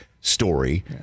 story